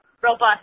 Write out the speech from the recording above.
robust